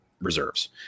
reserves